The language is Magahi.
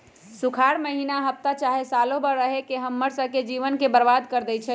सुखार माहिन्ना हफ्ता चाहे सालों भर रहके हम्मर स के जीवन के बर्बाद कर देई छई